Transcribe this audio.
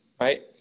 right